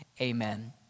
amen